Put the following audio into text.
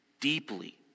deeply